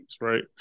right